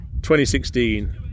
2016